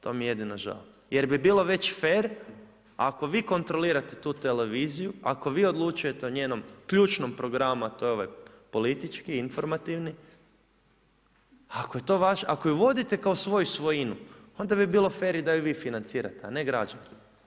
To mi je jedino žao, jer bi bilo već fer ako vi kontrolirate tu televiziju, ako vi odlučujete o njenom ključnom programu a to je ovaj politički, informativni, ako ju vodite kao svoju svojinu onda bi bilo fer da ju i vi financirate a ne građeni.